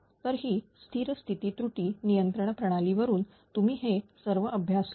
तर ही स्थिर स्थिती त्रुटी नियंत्रण प्रणाली वरून तुम्ही हे सर्व अभ्यास केला